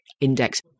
index